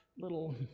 little